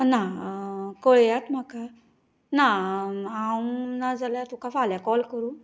ना कळयात म्हाका ना हांव ना जाल्यार तुकां फाल्या कॉल करुं